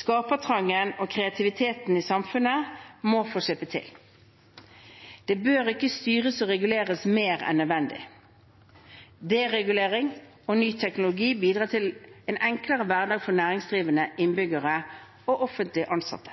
Skapertrangen og kreativiteten i samfunnet må få slippe til. Det bør ikke styres og reguleres mer enn nødvendig. Deregulering og ny teknologi bidrar til en enklere hverdag for næringsdrivende, innbyggere og offentlig ansatte.